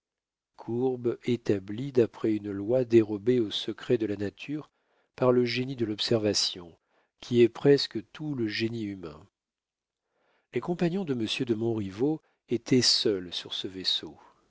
courbe établie d'après une loi dérobée aux secrets de la nature par le génie de l'observation qui est presque tout le génie humain les compagnons de monsieur de montriveau étaient seuls sur ce vaisseau